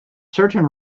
certain